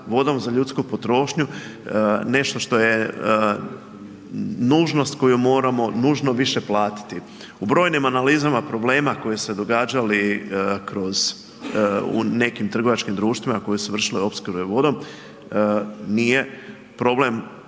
vodom, za ljudsku potrošnju nešto što je nužnost koju moramo, nužno više platiti. U brojim analizama problema koji su se događali kroz, u nekim trgovačkim društvima koji su vršili opskrbe vodom, nije problem